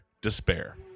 Despair